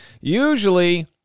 usually